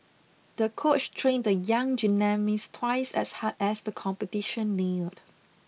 the coach trained the young gymnast twice as hard as the competition neared